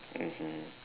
mmhmm